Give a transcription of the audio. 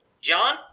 John